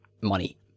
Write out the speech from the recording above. money